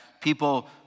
people